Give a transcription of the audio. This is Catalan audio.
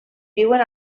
viuen